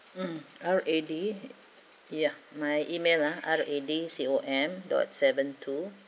mm R A D ya my email ah R A D C O M dot seven two